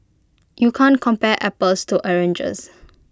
you can't compare apples to oranges